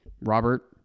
Robert